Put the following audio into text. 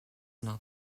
not